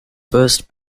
first